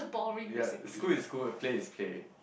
ya school is school play is play